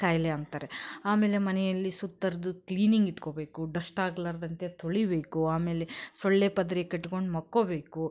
ಖಾಯಿಲೆ ಅಂತಾರೆ ಆಮೇಲೆ ಮನೆಯಲ್ಲಿ ಸುತ್ತರಿದು ಕ್ಲೀನಿಂಗ್ ಇಟ್ಕೋಬೇಕು ಡಸ್ಟ್ ಆಗಲಾರ್ದಂತೆ ತೊಳೀಬೇಕು ಆಮೇಲೆ ಸೊಳ್ಳೆ ಪರ್ದೆ ಕಟ್ಕೊಂಡು ಮಲ್ಕೋಬೇಕು